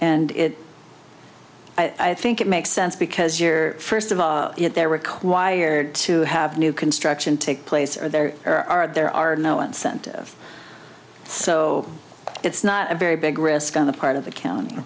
and it i think it makes sense because you're first of all they're required to have new construction take place are there or are there are no incentive so it's not a very big risk on the part of the county